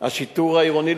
השיטור העירוני,